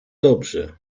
dobrzy